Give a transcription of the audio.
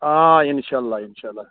آ اِنشا اللہ اِشا اللہ